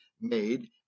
made